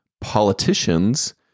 politicians